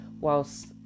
whilst